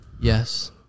Yes